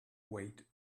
wait